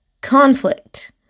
conflict